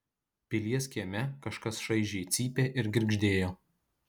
pilies kieme kažkas šaižiai cypė ir girgždėjo